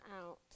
out